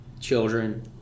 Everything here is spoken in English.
children